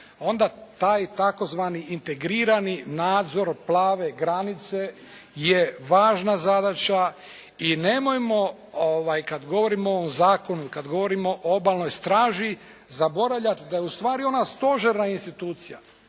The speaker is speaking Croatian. onda taj tzv. integrirani nadzor Plave granice je važna zadaća i nemojmo kad govorimo o ovom zakonu, kad govorimo o Obalnoj straži zaboravljat da je ustvari ona stožerna institucija.